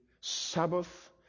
Sabbath